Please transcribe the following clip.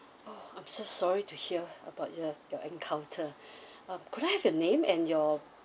oh I'm so sorry to hear about the your encounter uh could I have your name and your